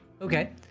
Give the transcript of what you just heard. Okay